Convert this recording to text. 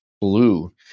blue